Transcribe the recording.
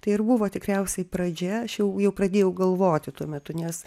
tai ir buvo tikriausiai pradžia aš jau jau pradėjau galvoti tuo metu nes